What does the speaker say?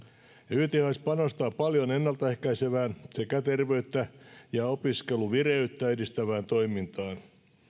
yths panostaa paljon ennalta ehkäisevään sekä terveyttä ja opiskeluvireyttä edistävään toimintaan